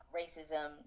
racism